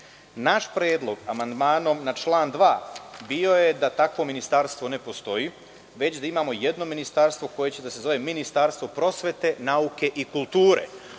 Naš predlog amandmanom na član 2. je bio da takvo ministarstvo ne postoji, već da imamo jedno ministarstvo koje će se zvati ministarstvo prosvete, nauke i kulture,